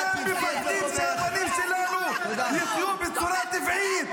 --- אתם מפחדים שהבנים שלנו יחיו בצורה טבעית.